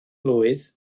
blwydd